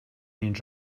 wine